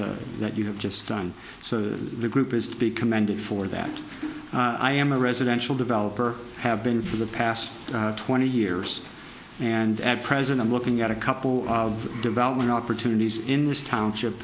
input that you have just done so the group is to be commended for that i am a residential developer have been for the past twenty years and at present i'm looking at a couple of development opportunities in this township